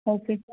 okay